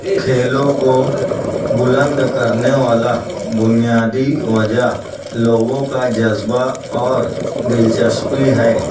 کھیلوں کو بلند کرنے والا بنیادی وجہ لوگوں کا جذبہ اور دلچسپی ہے